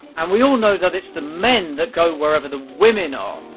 and we all know that it's the men that go wherever the women are.